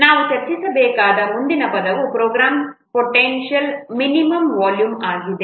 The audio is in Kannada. ನಾವು ಚರ್ಚಿಸಬೇಕಾದ ಮುಂದಿನ ಪದವು ಪ್ರೋಗ್ರಾಂ ಪೊಟೆನ್ಷಿಯಲ್ ಮಿನಿಮಂ ವಾಲ್ಯೂಮ್ ಆಗಿದೆ